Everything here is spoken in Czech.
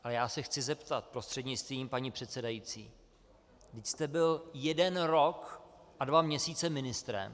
Ale já se chci zeptat prostřednictvím paní předsedající, vždyť jste byl jeden rok a dva měsíce ministrem.